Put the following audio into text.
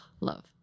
love